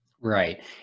Right